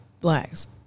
blacks